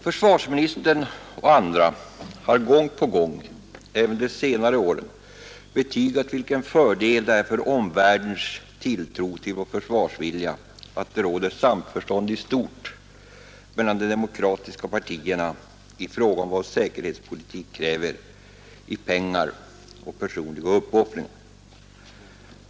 Försvarsministern och andra har gång på gång även under de senare åren betygat vilken fördel det är för omvärldens tilltro till vår försvarsvilja att det råder samförstånd i stort mellan de demokratiska partierna i fråga om vad säkerhetspolitik kräver både i pengar och i personliga uppoffringar.